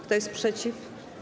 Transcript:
Kto jest przeciw?